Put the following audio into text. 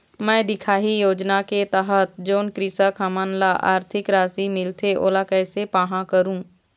मैं दिखाही योजना के तहत जोन कृषक हमन ला आरथिक राशि मिलथे ओला कैसे पाहां करूं?